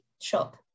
shop